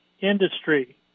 industry